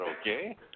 Okay